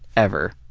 ever.